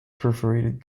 perforated